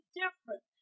different